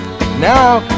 now